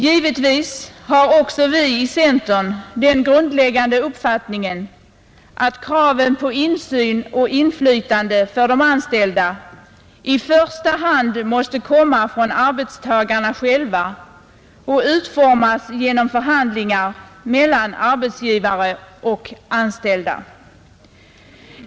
Givetvis har också vi i centern den grundläggande uppfattningen att kraven på insyn och inflytande för de anställda i första hand måste komma från arbetstagarna själva och utformas genom förhandlingar mellan arbetsgivare och anställda.